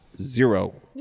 zero